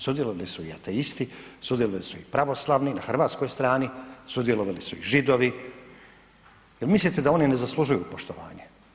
Sudjelovali su i ateisti, sudjelovali su i pravoslavni, na hrvatskoj strani, sudjelovali su i Židovi, je li mislite da oni ne zaslužuju poštovanje?